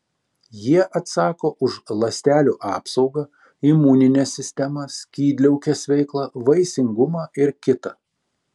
jie atsako už ląstelių apsaugą imuninę sistemą skydliaukės veiklą vaisingumą ir kita